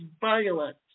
violent